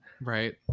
Right